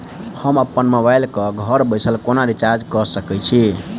हम अप्पन मोबाइल कऽ घर बैसल कोना रिचार्ज कऽ सकय छी?